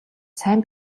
сайн